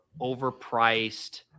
overpriced